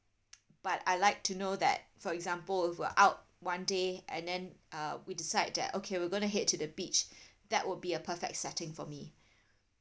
but I like to know that for example if we were out one day and then uh we decide that okay we gonna head to the beach that would be a perfect setting for me